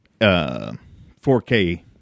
4K